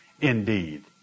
Indeed